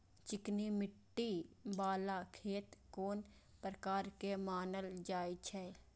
चिकनी मिट्टी बाला खेत कोन प्रकार के मानल जाय छै?